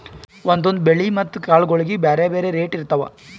ಒಂದೊಂದ್ ಬೆಳಿ ಮತ್ತ್ ಕಾಳ್ಗೋಳಿಗ್ ಬ್ಯಾರೆ ಬ್ಯಾರೆ ರೇಟ್ ಇರ್ತವ್